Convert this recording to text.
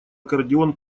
аккордеон